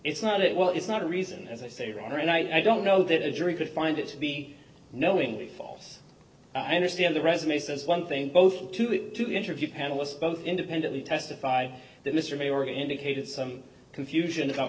it's not it well it's not a reason as i say right now i don't know that a jury could find it to be knowingly false i understand the resume says one thing both to the interview panelists both independently testified that mr mayor indicated some confusion about